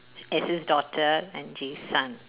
S's daughter and Jay's son